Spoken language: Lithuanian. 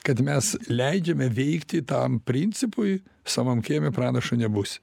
kad mes leidžiame veikti tam principui savam kieme pranašu nebūsi